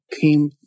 came